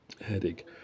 headache